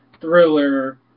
thriller